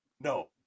No